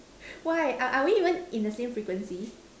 why are are we even in the same frequency